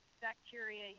bacteria